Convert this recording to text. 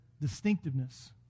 distinctiveness